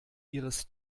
ihres